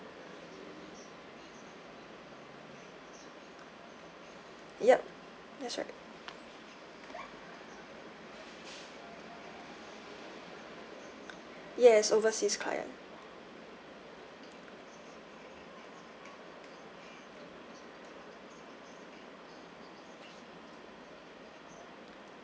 yup that's right yes overseas client